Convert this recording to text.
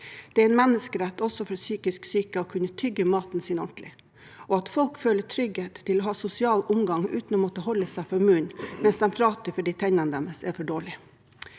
Det er en menneskerett også for psykisk syke å kunne tygge maten sin ordentlig, og at folk føler trygghet til å ha sosial omgang uten å måtte holde seg for munnen mens de prater, fordi tennene deres er for dårlige.